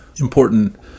important